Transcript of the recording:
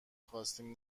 خواستیم